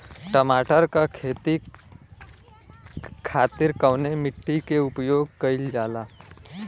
टमाटर क खेती खातिर कवने मिट्टी के उपयोग कइलजाला?